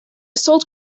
sold